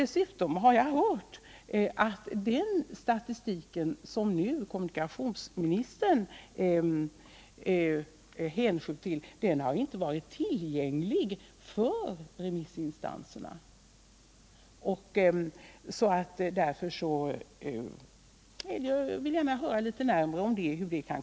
Dessutom har jag hön att den statistik som kommunikationsministern nu hänvisar till inte varit tillgänglig för remissinstanserna. Därför vill jag gärna höra litet närmare om detta.